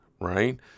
right